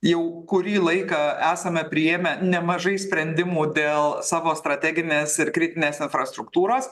jau kurį laiką esame priėmę nemažai sprendimų dėl savo strateginės ir kritinės infrastruktūros